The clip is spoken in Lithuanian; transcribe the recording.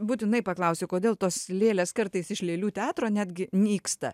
būtinai paklausiu kodėl tos lėlės kartais iš lėlių teatro netgi nyksta